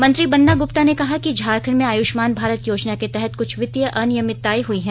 मंत्री बन्ना गुप्ता ने कहा कि झारखंड में आयुष्मान भारत योजना के तहत कुछ वित्तीय अनियमितताएं हुई हैं